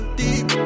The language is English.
deep